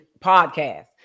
podcast